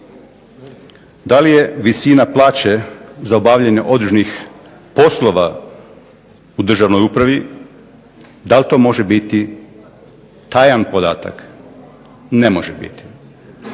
da li je visina plaće za obavljanje određenih poslova u državnoj upravi, dal to može biti tajan podatak. Ne može biti.